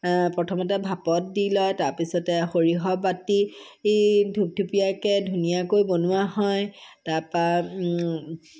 প্ৰথমতে ভাপত দি লয় তাৰপিছত সৰিয়হ বাতি ধুপধুপীয়াকৈ ধুনীয়াকৈ বনোৱা হয় তাৰপৰা